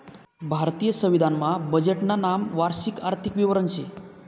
भारतीय संविधान मा बजेटनं नाव वार्षिक आर्थिक विवरण शे